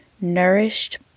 Nourished